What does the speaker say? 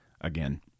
Again